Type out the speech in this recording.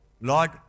Lord